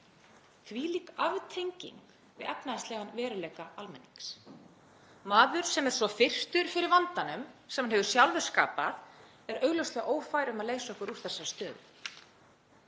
Þvílík aftenging við efnahagslegan veruleika almennings. Maður sem er svo firrtur fyrir vandanum sem hann hefur sjálfur skapað er augljóslega ófær um að leiða okkur út úr þessari stöðu.